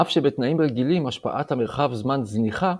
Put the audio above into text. אף שבתנאים רגילים, השפעת המרחב-זמן זניחה,